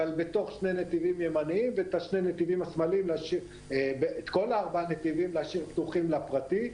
אבל בתוך שני נתיבים ימניים ואת כל ארבעת הנתיבים להשאיר פתוחים לפרטי.